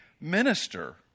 minister